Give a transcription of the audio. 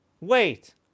Wait